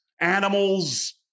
animals